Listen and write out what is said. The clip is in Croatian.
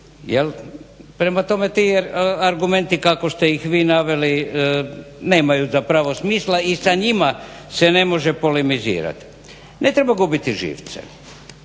Prema tome, ti argumenti kako ste ih vi naveli nemaju zapravo smisla i sa njima se ne može polemizirati. Ne treba gubiti živce,